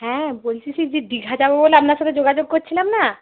হ্যাঁ বলছি সেই যে দীঘা যাব বলে আপনার সাথে যোগাযোগ করছিলাম না